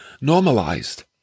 normalized